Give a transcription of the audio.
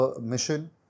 mission